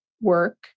work